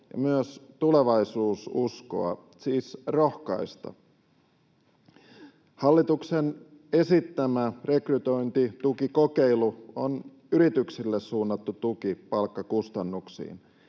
ja myös tulevaisuususkoa — siis rohkaista. Hallituksen esittämä rekrytointitukikokeilu on yrityksille suunnattu tuki palkkakustannuksiin.